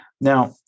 Now